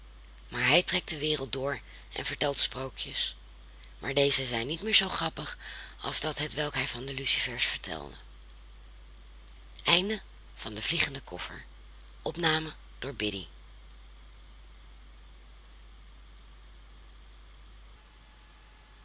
maar hij trekt de wereld door en vertelt sprookjes maar deze zijn niet meer zoo grappig als dat hetwelk hij van de lucifers vertelde